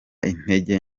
intege